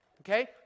okay